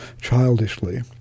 childishly